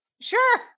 sure